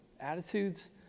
attitudes